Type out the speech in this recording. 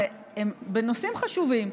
והם בנושאים חשובים,